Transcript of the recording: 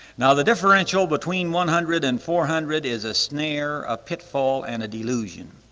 now the differential between one hundred and four hundred is a snare, a pitfall, and a delusion.